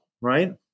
right